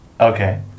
Okay